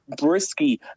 brisky